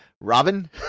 Robin